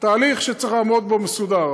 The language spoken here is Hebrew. תהליך שצריך לעבוד בו מסודר,